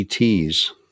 ETs